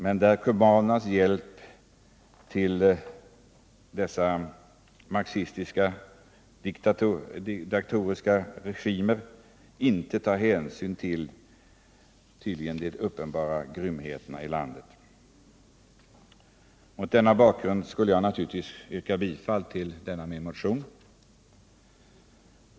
Kubanerna ger sin hjälp till dessa marxistiska diktaturregimer utan att ta hänsyn till de uppenbara grymheter som pågår där. Efter vad jag nu har sagt skulle jag naturligtvis yrka bifall till min motion.